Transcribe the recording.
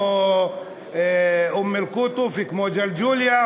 כמו אום-אלפחם, כמו אום-אל-קוטוף וכמו ג'לג'וליה.